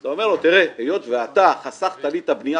אתה אומר לו שהיות והוא חסך לך את הבנייה,